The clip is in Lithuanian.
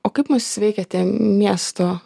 o kaip mus veikia miesto